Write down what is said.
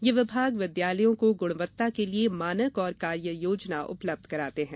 ये विभाग विद्यालयों को गुणवत्ताा के लिए मानक और कार्ययोजना उपलब्ध कराते हैं